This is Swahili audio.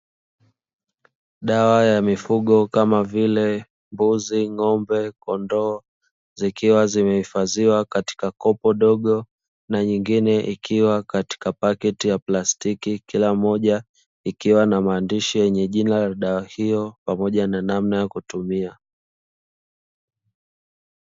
Dawa ya mifugo kama vile mbuzi, ng'ombe, kondoo; zikiwa zimehifadhiwa katika kopo dogo na nyingine ikiwa katika pakiti ya plastiki, kila moja ikiwa na maandishi yenye jina la dawa hiyo pamoja na namna ya kutumia.